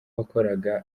wakoraga